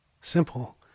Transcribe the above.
Simple